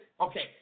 okay